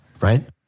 right